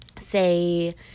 say